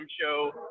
show